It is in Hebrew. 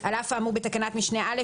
על אף האמור בתקנת משנה (א),